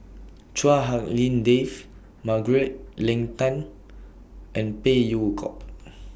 Chua Hak Lien Dave Margaret Leng Tan and Phey Yew Kok